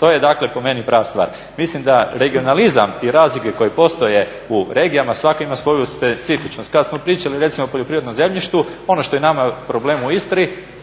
To je dakle po meni prava stvar. Mislim da regionalizam i razlike koje postoje u regijama svaka ima svoju specifičnost. Kad smo pričali recimo o poljoprivrednom zemljištu, ono što je nama problem u Istri